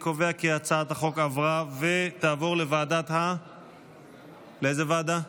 אני קובע כי הצעת החוק עברה, ותעבור, לאיזו ועדה?